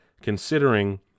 Considering